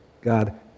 God